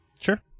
sure